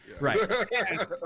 Right